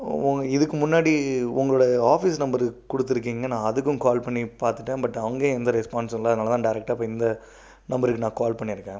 இதுக்கு முன்னாடி உங்களோடய ஆஃபீஸ் நம்பர் கொடுத்துருக்கீங்க நான் அதுக்கும் கால் பார்த்துட்டேன் பட் அங்கேயும் எந்த ரெஸ்பான்ஸும் இல்லை அதனால்தான் டைரெக்டாக இப்போ இந்த நம்பருக்கு நான் கால் பண்ணியிருக்கேன்